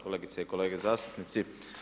Kolegice i kolege zastupnici.